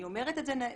אני אומרת את זה אמיתי.